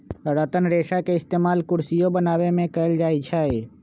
रतन रेशा के इस्तेमाल कुरसियो बनावे में कएल जाई छई